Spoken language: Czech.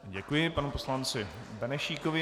Děkuji panu poslanci Benešíkovi.